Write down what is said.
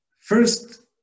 first